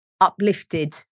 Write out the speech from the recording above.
uplifted